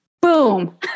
Boom